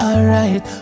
Alright